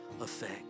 effect